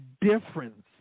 difference